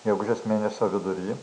gegužės mėnesio vidury